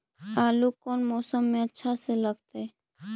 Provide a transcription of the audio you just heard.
आलू कौन मौसम में अच्छा से लगतैई?